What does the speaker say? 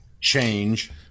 change